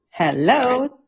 Hello